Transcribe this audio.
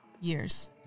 years